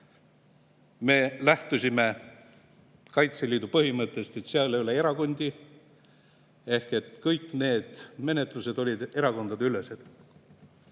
Me lähtusime Kaitseliidu põhimõttest, et seal ei ole erakondi. Ehk kõik need menetlused olid erakondadeülesed.